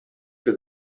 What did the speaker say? for